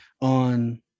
on